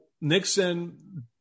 Nixon